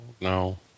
No